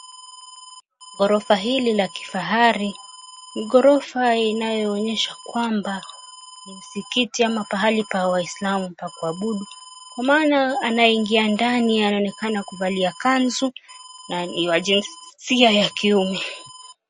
Ghorofa hili la kifahari ni ghorofa inayoonyesha kwamba ni msikiti ama pahali pa Waislamu pa kuabudu kwa maana anayeingia ndani anaonekana kuvalia kanzu na wa jinsia ya kiume.